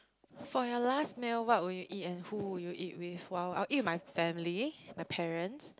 for your last meal what would you eat and who will you eat with well I'll eat with my family my parents